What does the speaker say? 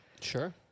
Sure